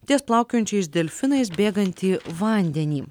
ties plaukiojančiais delfinais bėgantį vandenį